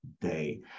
day